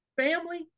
family